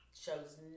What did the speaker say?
shows